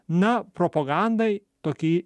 na propagandai tokie